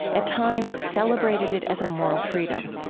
at times celebrated it as a moral freedom.